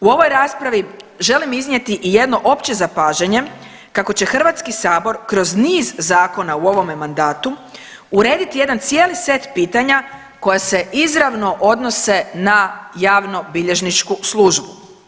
U ovoj raspravi želim iznijeti i jedno opće zapažanje kako će HS kroz niz zakona u ovome mandatu urediti jedan cijeli set pitanja koja se izravno odnose na javnobilježničku službu.